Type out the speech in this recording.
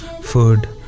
food